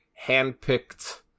handpicked